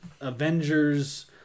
Avengers